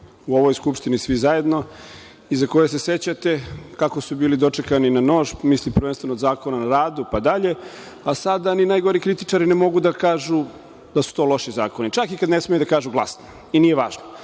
u ovoj Skupštini, svi zajedno i za koje se sećate kako su bili dočekani na nož. Mislim prvenstveno na Zakon o radu pa dalje. Sada ni najgori kritičari ne mogu da kažu da su to loši zakoni, čak i kada ne smeju da kažu glasno. I nije važno.